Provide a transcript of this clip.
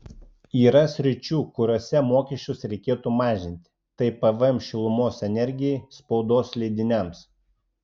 yra sričių kuriose mokesčius reikėtų mažinti tai pvm šilumos energijai spaudos leidiniams